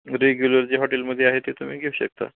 regular जे हॉटेलमध्ये आहे ते तुम्ही घेऊ शकता